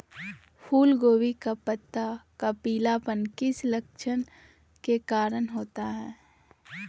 फूलगोभी का पत्ता का पीलापन किस लक्षण के कारण होता है?